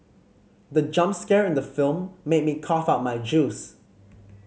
the jump scare in the film made me cough out my juice